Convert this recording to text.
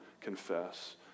confess